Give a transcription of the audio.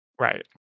Right